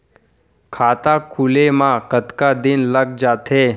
खाता खुले में कतका दिन लग जथे?